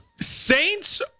Saints